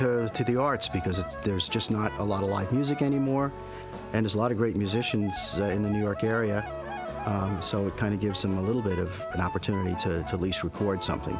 to to the arts because there's just not a lot of live music anymore and it's a lot of great musicians in the new york area so it kind of gives them a little bit of an opportunity to police record something